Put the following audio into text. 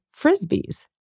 Frisbees